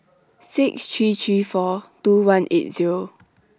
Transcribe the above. six three three four two one eight Zero